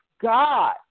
God